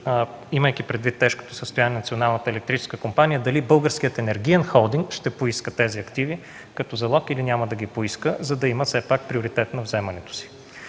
електрическа компания, дали Българският енергиен холдинг ще поиска тези активи като залог или няма да ги поиска, за да има все пак приоритет на вземането си.